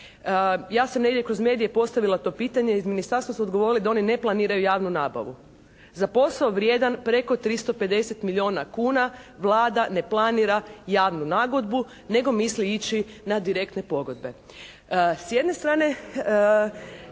Ja sam negdje kroz medije postavila to pitanje. iz ministarstva su odgovorili da oni ne planiraju javnu nabavu. Za posao vrijedan preko 350 milijuna kuna Vlada ne planira javnu nagodbu nego misli ići na direktne pogodbe. S jedne strane,